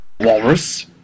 walrus